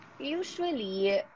Usually